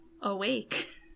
awake